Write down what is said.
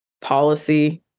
policy